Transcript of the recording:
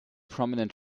prominent